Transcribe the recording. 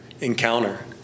encounter